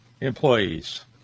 employees